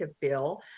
bill